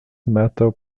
metal